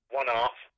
one-off